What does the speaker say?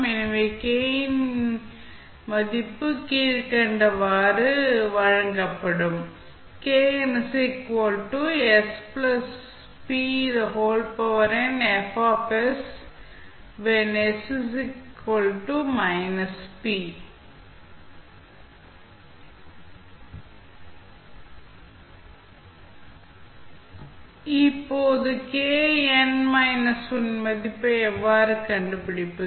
எனவே என்பது கீழ்கண்டவாறு வழங்கப்படும் இப்போது kn−1 இன் மதிப்பை எவ்வாறு கண்டுபிடிப்பது